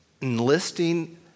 enlisting